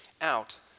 out